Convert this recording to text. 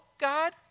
God